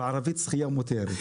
בערבית "שחייה מותרת".